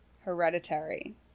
hereditary